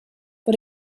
but